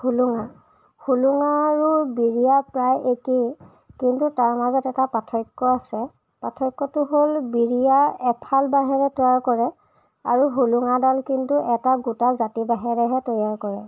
হোলোঙা হোলোঙা আৰু বিৰিয়া প্ৰায় একেই কিন্তু তাৰ মাজত এটা পাৰ্থক্য আছে পাৰ্থক্যটো হ'ল বিৰিয়া এফাল বাঁহেৰে তৈয়াৰ কৰে আৰু হোলোঙাডাল কিন্তু এটা গোটা জাতি বাঁহেৰেহে তৈয়াৰ কৰে